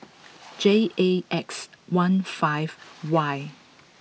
J A X one five Y